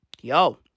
yo